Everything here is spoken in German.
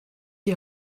die